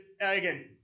again